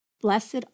Blessed